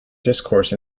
discourse